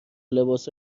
لباس